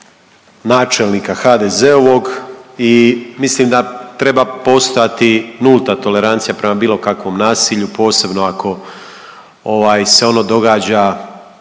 načelnika HDZ-ovog i mislim da treba postojati nulta tolerancija prema bilo kakvom nasilju, posebno ako, ovaj se ono događa